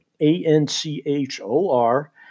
A-N-C-H-O-R